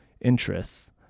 interests